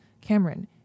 Cameron